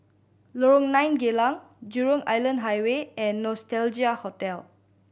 Lorong Nine Geylang Jurong Island Highway and Nostalgia Hotel